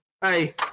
Hey